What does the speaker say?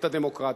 את הדמוקרטיה.